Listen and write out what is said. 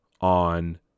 on